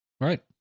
Right